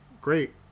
Great